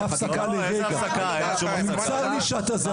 צר לי אבל בשבוע שעבר